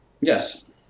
Yes